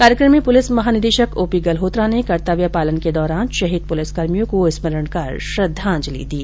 कार्यक्रम में पुलिस महानिदेशक ओपी गल्होत्रा ने कर्तव्य पालनके दौरान शहीद पुलिसकर्मियों को स्मरण कर श्रद्वांजलि दी